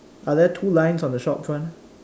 are there two lines on the shop front